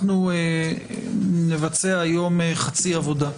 אנחנו נבצע היום חצי עבודה,